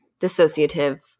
dissociative